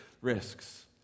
risks